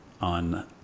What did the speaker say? on